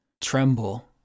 tremble